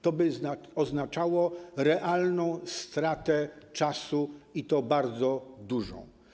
To by oznaczało realną stratę czasu, i to bardzo dużą.